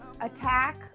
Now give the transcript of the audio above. attack